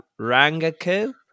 Rangaku